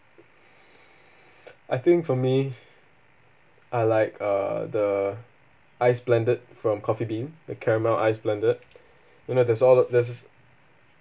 I think for me I like uh the ice-blended from coffee bean the caramel ice-blended you know there's all the there's this